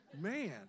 Man